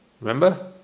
Remember